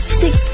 six